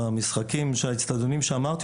במשחקים באצטדיונים שאמרתי,